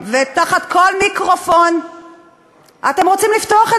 אבל מה רע בוועדת הקליטה?